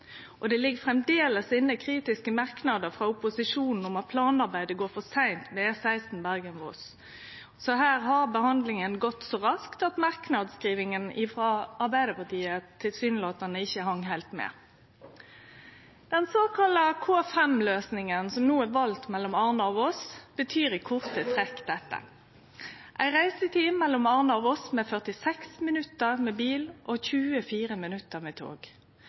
Det ligg framleis inne kritiske merknader frå opposisjonen om at planarbeidet går for seint med E16 Bergen–Voss, så her har behandlinga gått så raskt at Arbeidarpartiet i merknadsskrivinga tilsynelatande ikkje hang heilt med. Den såkalla K5-løysinga som no er vald mellom Arna og Voss, betyr i korte trekk dette: ei reisetid mellom Arna og Voss på 46 minutt med bil og 24 minutt med tog